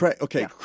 Okay